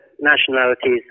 nationalities